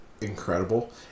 incredible